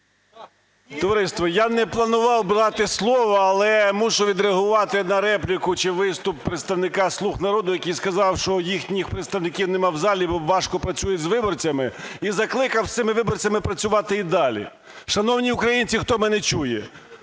Товариство, я не планував брати слово, але мушу відреагувати на репліку, чи виступ, представника "Слуги народу", який сказав, що їхніх представників немає в залі, важко працюють з виборцями, і закликав з цими виборцями працювати і далі. Шановні українці, хто мене чує,